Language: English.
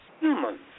humans